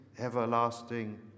everlasting